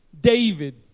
David